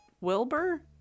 Wilbur